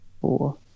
four